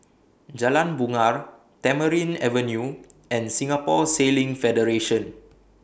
Jalan Bungar Tamarind Avenue and Singapore Sailing Federation